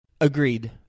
Agreed